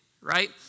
right